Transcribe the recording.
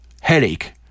headache